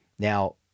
Now